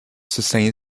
sustain